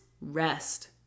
rest